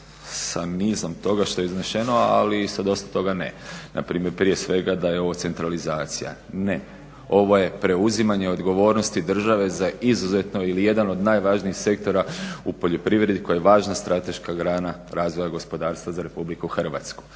sa nizom toga što je izneseno ali i sa dosta toga ne. Na primjer prije svega da je ovo centralizacija. Ne, ovo je preuzimanje odgovornosti države za izuzetno ili jedan od najvažnijih sektora u poljoprivredi koja je važna strateška grana gospodarstva za RH.